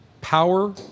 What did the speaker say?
Power